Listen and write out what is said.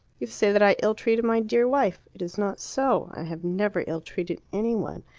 you say that i ill-treated my dear wife. it is not so. i have never ill-treated any one.